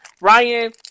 Ryan